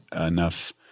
enough